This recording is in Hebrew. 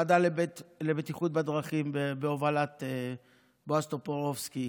ועדה לבטיחות בדרכים בהובלת בועז טופורובסקי,